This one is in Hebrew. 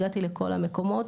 הגעתי לכל המקומות.